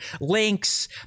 links